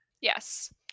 Yes